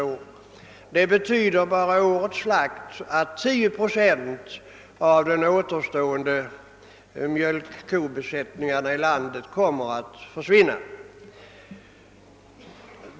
Enbart årets slakt innebär att 10 procent av det återstående mjölkkoantalet i landet kommer att försvinna.